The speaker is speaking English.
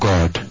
God